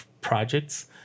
projects